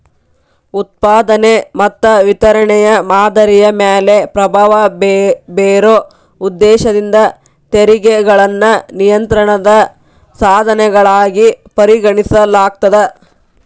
ಉತ್ಪಾದನೆ ಮತ್ತ ವಿತರಣೆಯ ಮಾದರಿಯ ಮ್ಯಾಲೆ ಪ್ರಭಾವ ಬೇರೊ ಉದ್ದೇಶದಿಂದ ತೆರಿಗೆಗಳನ್ನ ನಿಯಂತ್ರಣದ ಸಾಧನಗಳಾಗಿ ಪರಿಗಣಿಸಲಾಗ್ತದ